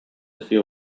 feel